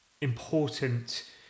important